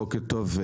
בוקר טוב,